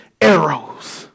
arrows